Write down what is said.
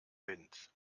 wind